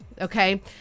okay